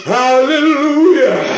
hallelujah